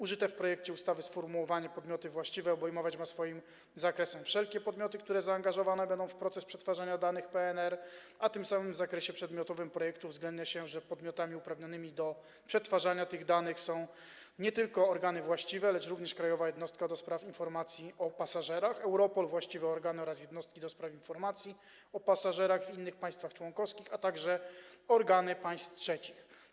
Użyte w projekcie ustawy sformułowanie „podmioty właściwe” obejmuje swoim zakresem wszelkie podmioty, które będą zaangażowane w proces przetwarzania danych PNR, a tym samym w zakresie przedmiotowym projektu uwzględnia się, że podmiotami uprawnionymi do przetwarzania tych danych są nie tylko organy właściwe, lecz również Krajowa Jednostka do spraw Informacji o Pasażerach, Europol, właściwe organy oraz jednostki do spraw informacji o pasażerach w innych państwach członkowskich, a także organy państw trzecich.